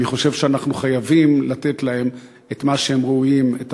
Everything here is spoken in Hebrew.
אני חושב שאנחנו חייבים לתת להם את מה שהם ראויים לו,